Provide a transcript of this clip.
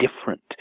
different